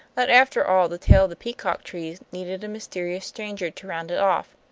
that after all the tale of the peacock trees needed a mysterious stranger to round it off,